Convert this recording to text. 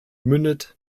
mündet